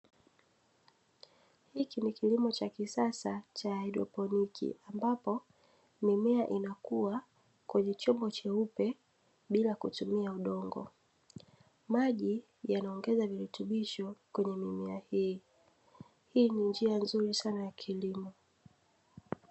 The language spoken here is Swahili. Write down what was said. Hiki ni kilimo cha kisasa cha hydroponiki ambapo mimea inakuwa kwenye chombo cheupe bila kutumia udongo, maji yanaongeza virutubisho kwenye mimea hii, hii ni njia nzuri sana ya kilimo.